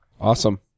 Awesome